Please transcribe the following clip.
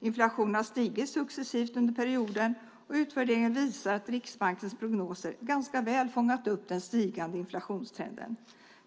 Inflationen har stigit successivt under perioden och utvärderingen visar att Riksbankens prognoser ganska väl fångat upp den stigande inflationstrenden.